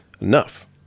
Enough